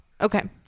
okay